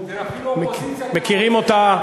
מכירים אותה.